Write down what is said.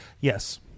Yes